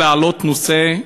להעלות נושא.